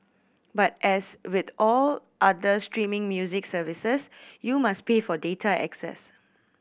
but as with all other streaming music services you must pay for data access